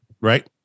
right